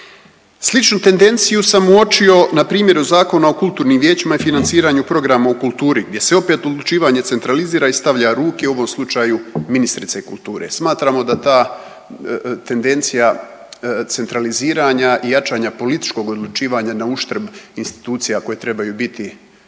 Sličnu tendenciju sam uočio na primjeru Zakona o kulturnim vijećima i financiranju programa u kulturi gdje se opet odlučivanje centralizira i stavlja ruke u ovom slučaju ministrice kulture. Smatramo da ta tendencija centraliziranja i jačanja političkog odlučivanja na uštrb institucija koje trebaju biti